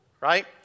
Right